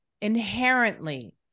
inherently